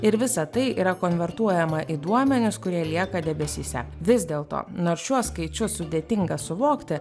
ir visa tai yra konvertuojama į duomenis kurie lieka debesyse vis dėlto nors šiuos skaičius sudėtinga suvokti